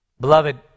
Beloved